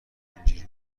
اینجوری